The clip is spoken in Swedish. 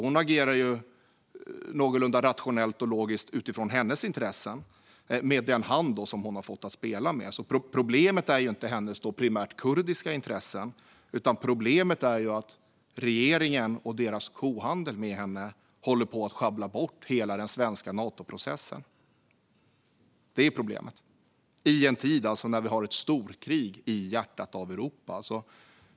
Hon agerar någorlunda rationellt och logiskt utifrån sina intressen, med den hand som hon har fått att spela med. Problemet är inte hennes primärt kurdiska intressen, utan problemet är att regeringen och deras kohandel med henne håller på att sjabbla bort hela den svenska Natoprocessen i en tid då vi har ett storkrig i hjärtat av Europa.